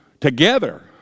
together